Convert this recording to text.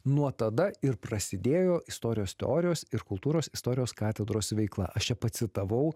nuo tada ir prasidėjo istorijos teorijos ir kultūros istorijos katedros veikla aš čia pacitavau